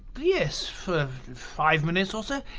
yes, for five minutes or so.